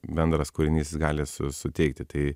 bendras kūrinys gali su suteikti tai